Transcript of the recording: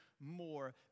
more